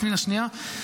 פנינה, שנייה.